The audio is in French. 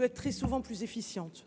est très souvent plus efficace.